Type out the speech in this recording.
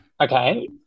Okay